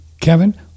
Kevin